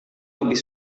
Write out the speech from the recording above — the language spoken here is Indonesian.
lebih